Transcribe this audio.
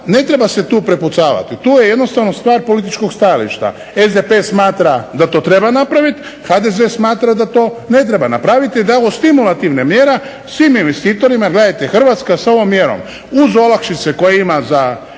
ne treba se tu prepucavati, tu je jednostavno stvar političkog stajališta. SDP smatra da to treba napraviti, HDZ smatra da to ne treba napraviti jer da je ovo stimulativna mjera svim investitorima. Jer gledajte Hrvatska s ovom mjerom uz olakšice koje ima za